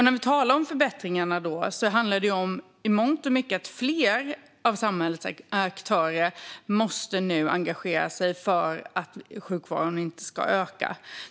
När vi talar om förbättringar handlar det i mångt och mycket om att fler av samhällets aktörer måste engagera sig för att sjukfrånvaron inte ska öka.